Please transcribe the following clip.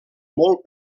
molt